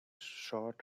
short